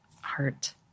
heart